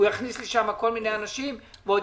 הוא יכניס לי שם כל מיני אנשים ועוד